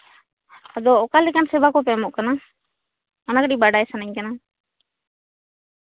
ᱟᱫᱚ ᱚᱱᱟ ᱞᱮᱠᱟᱱ ᱥᱮᱵᱟ ᱠᱚᱯᱮ ᱮᱢᱚᱜ ᱠᱟᱱᱟ ᱚᱱᱟ ᱠᱟᱹᱴᱤᱡ ᱵᱟᱰᱟᱭ ᱥᱟᱱᱟᱧ ᱠᱟᱱᱟ